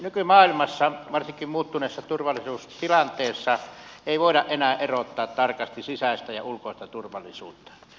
nykymaailmassa varsinkaan muuttuneessa turvallisuustilanteessa ei voida enää erottaa tarkasti sisäistä ja ulkoista turvallisuutta